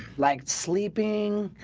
like sleeping